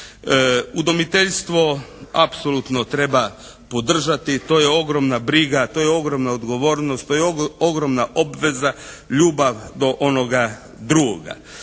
Udomiteljstvo apsolutno treba podržati, to je ogromna briga, to je ogromna odgovornost, to je ogromna obveza, ljubav do onoga drugoga.